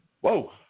Whoa